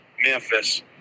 Memphis